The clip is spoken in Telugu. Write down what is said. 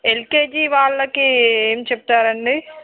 ఎల్కేజీ వాళ్ళకి ఎం చెప్తారండి